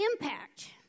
impact